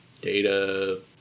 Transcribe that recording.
data